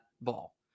ball